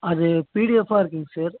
அது பிடிஎஃபாக இருக்குதுங்க சார்